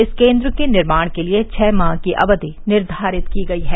इस केन्द्र के निर्माण के लिये छः माह की अवधि निर्धारित की गयी है